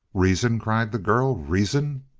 reason! cried the girl. reason!